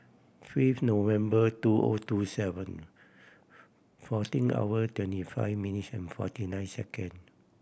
fifth November two O two seven fourteen hour twenty five minutes and forty nine second